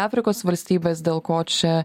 afrikos valstybes dėl ko čia